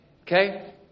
Okay